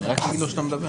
לפחות תגנה את כבר.